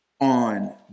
on